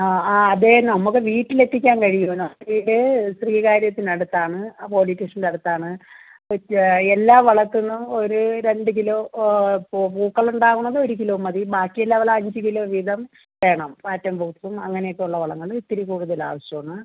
ആ അതെ നമുക്ക് വീട്ടിൽ എത്തിക്കാൻ കഴിയുമോ നമ്മുടെ വീട് ശ്രീകാര്യത്തിനടുത്താണ് ആ പോലീസ് സ്റ്റേഷന്റെ അടുത്താണ് എല്ലാ വളക്കങ്ങളും ഒരു രണ്ട് കിലോ പു പൂക്കൾ ഉണ്ടാകുന്നത് ഒരു കിലോ മതി ബാക്കി എല്ലാ വളം അഞ്ച് കിലോ വീതം വേണം ആറ്റംപോസ് അങ്ങനൊക്കെയുള്ള വളങ്ങൾ ഇച്ചിരി കൂടുതൽ ആവശ്യമാണ്